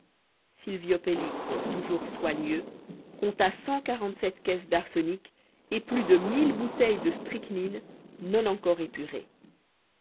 silvio pellico toujours soigneux compta cent quarante-sept caisses d'arsenic et plus de mille bouteilles de strychnine non encore épurée